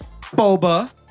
Boba